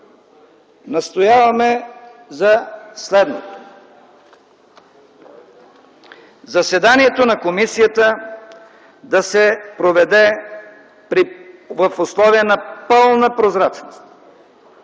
настояваме за следното: Заседанието на комисията да се проведе в условия на пълна прозрачност.